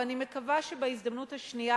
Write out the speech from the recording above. ואני מקווה שבהזדמנות השנייה,